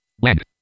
Land